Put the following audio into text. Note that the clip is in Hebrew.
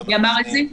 -- מי אמר את זה?